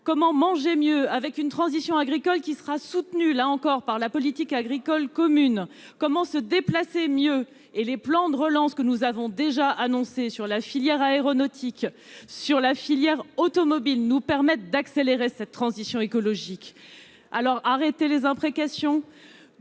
Comment manger mieux avec une transition agricole qui sera soutenue par la politique agricole commune ? Comment se déplacer mieux ? Les plans de relance que nous avons déjà annoncés de la filière aéronautique et de la filière automobile nous permettent d'accélérer cette transition écologique. Alors, arrêtez les imprécations.